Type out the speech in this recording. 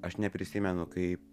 aš neprisimenu kaip